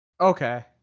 Okay